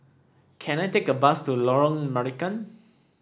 can I take a bus to Lorong Marican